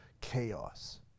chaos